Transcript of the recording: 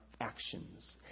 actions